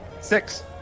Six